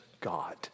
God